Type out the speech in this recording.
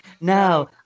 now